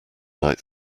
night